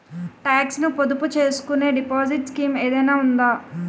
Talks ను పొదుపు చేసుకునే డిపాజిట్ స్కీం ఏదైనా ఉందా?